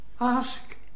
Ask